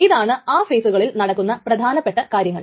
ഇതാണ് ആ രണ്ടു ഫേസുകളിൽ നടക്കുന്ന പ്രധാനപ്പെട്ട കാര്യങ്ങൾ